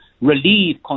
relieve